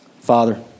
Father